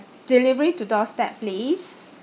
delivery to doorstep please